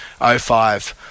05